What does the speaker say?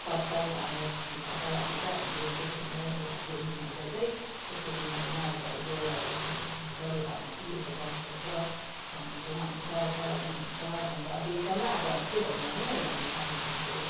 तत्काल अब चिकित्साका लागि चाहिँ हामीले पेसेन्टलाई यो अब यो बिमारीलाई चाहिँ यस्तो बिमारीमा अब घरेलु उयो दबाईपानीहरू चाहिँ यसो गर्नुपर्छ भन्नेहरू उहाँहरूले सरसल्लाह दिनुहुन्छ अनि अन्त अब एकदमै अब के भन्नु है अहिले हाम्रो दार्जिलिङको